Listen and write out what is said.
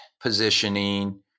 positioning